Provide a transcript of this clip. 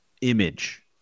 image